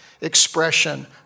expression